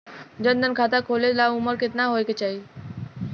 जन धन खाता खोले ला उमर केतना होए के चाही?